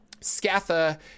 Scatha